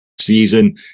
season